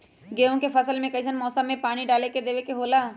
गेहूं के फसल में कइसन मौसम में पानी डालें देबे के होला?